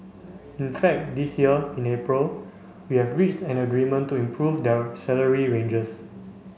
in fact this year in April we have reached an agreement to improve their salary ranges